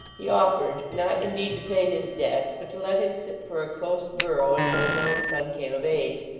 he offered not indeed to pay his debts, but to let him sit for a close borough until his own son came of age,